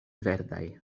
verdaj